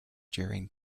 during